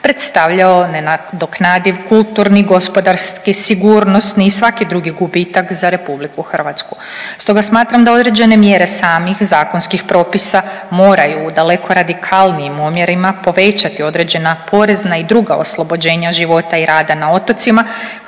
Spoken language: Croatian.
predstavljao nenadoknadiv kulturni, gospodarski, sigurnosni i svaki drugi gubitak za RH. Stoga smatram da određene mjere samih zakonskih propisa moraju u daleko radikalnijim omjerima povećati određena porezna i druga oslobođenja života i rada na otocima